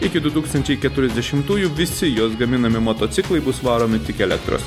iki du tūkstančiai keturiasdešimtųjų visi jos gaminami motociklai bus varomi tik elektros